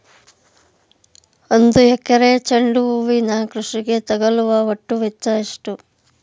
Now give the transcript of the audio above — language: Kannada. ಒಂದು ಎಕರೆ ಚೆಂಡು ಹೂವಿನ ಕೃಷಿಗೆ ತಗಲುವ ಒಟ್ಟು ವೆಚ್ಚ ಎಷ್ಟು?